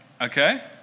okay